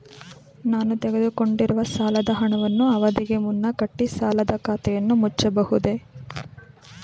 ನಾನು ತೆಗೆದುಕೊಂಡಿರುವ ಸಾಲದ ಹಣವನ್ನು ಅವಧಿಗೆ ಮುನ್ನ ಕಟ್ಟಿ ಸಾಲದ ಖಾತೆಯನ್ನು ಮುಚ್ಚಬಹುದೇ?